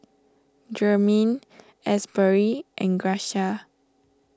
Jermaine Asbury and Gracia